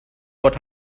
what